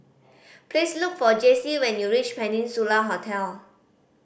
please look for Jessi when you reach Peninsula Hotel